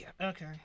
Okay